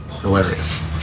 hilarious